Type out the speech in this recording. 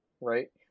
Right